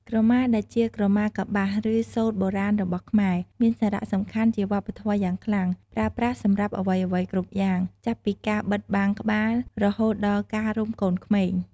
ក្រមា ដែលជាក្រម៉ាកប្បាស ឬសូត្របុរាណរបស់ខ្មែរ មានសារៈសំខាន់ជាវប្បធម៌យ៉ាងខ្លាំង ប្រើប្រាស់សម្រាប់អ្វីៗគ្រប់យ៉ាង ចាប់ពីការបិទបាំងក្បាល រហូតដល់ការរុំកូនក្មេង។